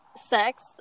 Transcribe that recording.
sex